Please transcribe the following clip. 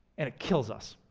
and it kills us.